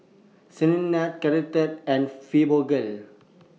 Ceradan Caltrate and Fibogel